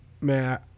Man